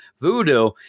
voodoo